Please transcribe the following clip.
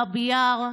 באבי יאר.